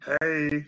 hey